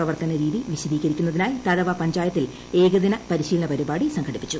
പ്രവർത്തനരീതി വിശദീകരിക്കുന്നതിനായി തഴവ പഞ്ചായത്തിൽ ഏകദിന പരിശീലന പരിപാടി സംഘടിപ്പിച്ചു